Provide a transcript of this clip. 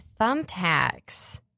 thumbtacks